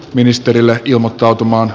ministerillä ilmottautumaan